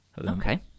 Okay